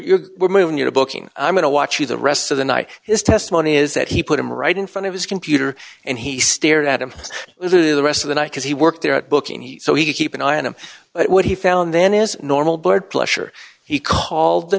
you're moving your booking i'm going to watch you the rest of the night is testimony is that he put him right in front of his computer and he stared at him it is the rest of the night because he worked there at booking he so he could keep an eye on him but what he found then is normal blood pressure he called the